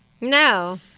No